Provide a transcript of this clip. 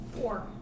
Four